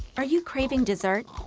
are you craving dessert?